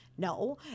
No